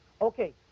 okay